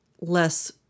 less